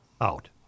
Out